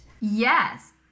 Yes